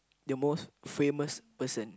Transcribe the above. the most famous person